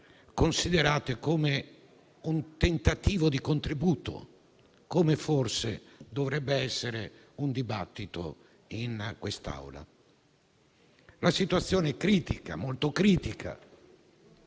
considerate un tentativo di contributo, come forse dovrebbe essere in un dibattito in quest'Aula. La situazione è molto critica